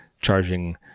charging